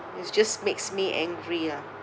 it just makes me angry lah